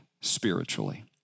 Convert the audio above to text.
spiritually